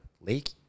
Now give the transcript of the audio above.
Lake